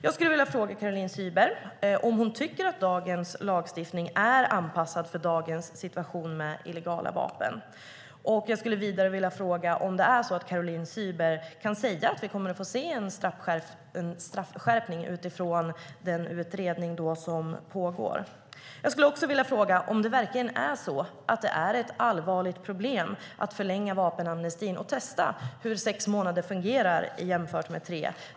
Jag skulle vilja fråga Caroline Szyber om hon tycker att dagens lagstiftning är anpassad för dagens situation med illegala vapen. Jag skulle vidare vilja fråga om Caroline Szyber kan säga att vi kommer att få se en straffskärpning utifrån den utredning som pågår. Jag skulle också vilja fråga om det verkligen är ett allvarligt problem att förlänga vapenamnestin och testa hur sex månader fungerar jämfört med tre.